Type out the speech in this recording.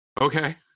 Okay